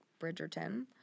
Bridgerton